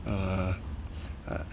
uh